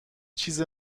چیز